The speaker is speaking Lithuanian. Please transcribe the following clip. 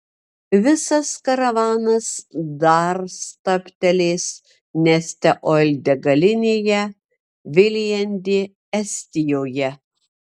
visas karavanas dar stabtelės neste oil degalinėje viljandi estijoje